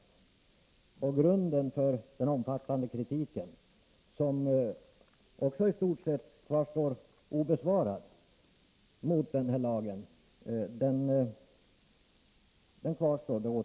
Vi anser att grunden för den omfattande kritik som har framförts fortfarande finns kvar.